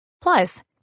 Plus